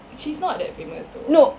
she's not that famous though